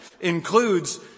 includes